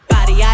Body